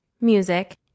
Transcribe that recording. Music